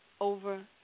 over